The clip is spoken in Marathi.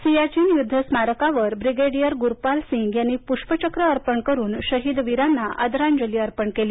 सियाचीन युद्ध स्मारकावर ब्रिगेडियर गुरपाल सिंग यांनी पुष्पचक्र अर्पण करून शहीद वीरांना आदराजली अर्पण केली